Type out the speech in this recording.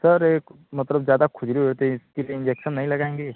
sir एक मतलब ज़्यादा खुजली होती है इसके लिए इंजेक्सन नहीं लगाएँगे